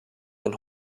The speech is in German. ein